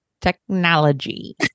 Technology